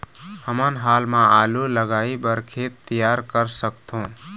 हमन हाल मा आलू लगाइ बर खेत तियार कर सकथों?